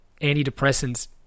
antidepressants